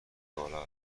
بالا